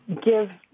give